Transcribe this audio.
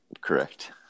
Correct